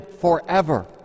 forever